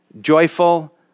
joyful